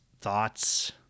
thoughts